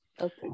Okay